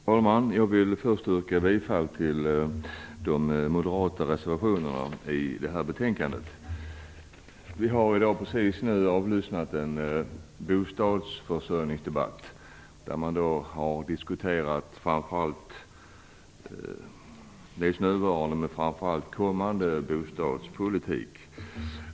Herr talman! Jag vill först yrka bifall till de moderata reservationerna i det här betänkandet. Vi har just avlyssnat en bostadsförsörjningsdebatt, där man har diskuterat nuvarande och framför allt kommande bostadspolitik.